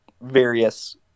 various